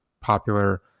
popular